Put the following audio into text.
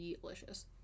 delicious